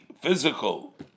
physical